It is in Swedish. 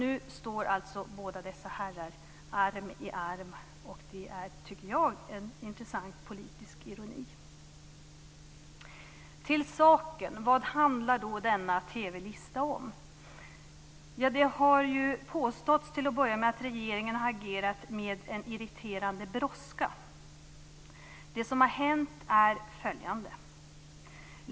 Nu står alltså båda dessa herrar arm i arm, och det tycker jag är en intressant politisk ironi. Till saken. Vad handlar denna TV-lista om? Det har till att börja med påståtts att regeringen agerat med en irriterande brådska. Det som har hänt är följande.